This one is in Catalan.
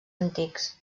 antics